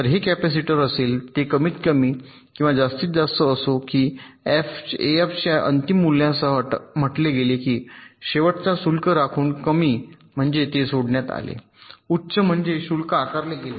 तर हे कॅपेसिटर असेल ते कमी किंवा जास्त असो की एफच्या अंतिम मूल्यासह म्हटले गेले होते की शेवटचा शुल्क राखून कमी म्हणजे ते सोडण्यात आले उच्च म्हणजे शुल्क आकारले गेले